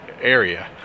area